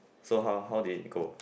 so how how they go